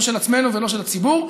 לא של עצמנו ולא של הציבור.